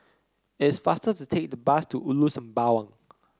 it's faster to take the bus to Ulu Sembawang